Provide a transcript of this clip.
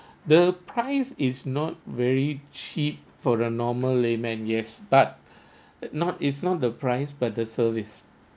the price is not very cheap for the normal layman yes but not it's not the price but the service